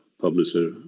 publisher